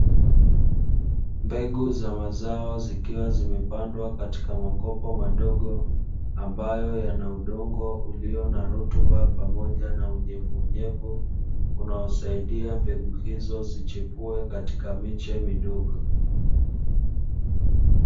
Mbegu za mazao zikiwa zimepandwa katika makopo madogo, ambayo yana udongo ulio na rutuba pamoja na unyevuunyevu, unaosaidia mbegu hizo zichipue katika miche midogo.